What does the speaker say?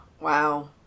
Wow